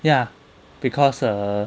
ya because err